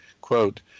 Quote